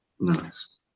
Nice